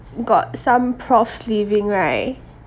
got some profs leaving right